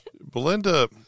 Belinda